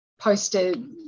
posted